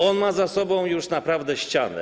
On ma za sobą już naprawdę ścianę.